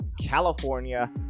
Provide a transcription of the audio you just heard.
California